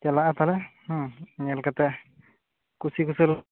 ᱪᱟᱞᱟᱜᱼᱟ ᱛᱟᱦᱚᱞᱮ ᱧᱮᱞ ᱠᱟᱛᱮ ᱠᱩᱥᱤ ᱠᱩᱥᱟᱹᱞ